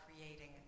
creating